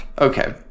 Okay